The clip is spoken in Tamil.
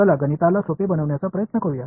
எனவே கணிதத்தை எளிமையாக்க முயற்சிப்போம்